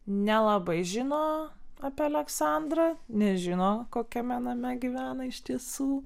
nelabai žino apie aleksandrą nežino kokiame name gyvena iš tiesų